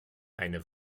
eine